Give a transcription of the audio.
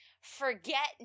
Forget